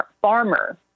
farmer